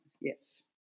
Yes